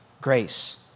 grace